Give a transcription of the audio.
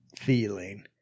feeling